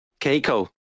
Keiko